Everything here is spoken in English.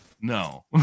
No